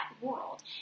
world